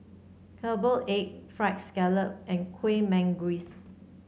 Herbal Egg fried scallop and Kueh Manggis